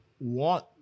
want